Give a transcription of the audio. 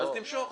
אז תמשוך.